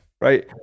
Right